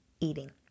eating